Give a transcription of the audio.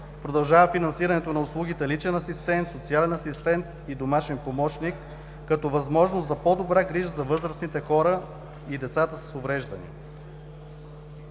Продължава финансирането на услугите „Личен асистент“, „Социален асистент“ и „Домашен помощник“, като възможност за по-добра грижа за възрастните хора и децата с увреждания.